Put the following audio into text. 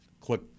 click